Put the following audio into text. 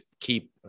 keep